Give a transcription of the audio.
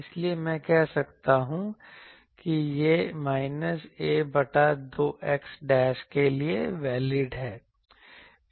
इसलिए मैं कह सकता हूं कि यह माइनस a बटा 2 x के लिए वैलिड है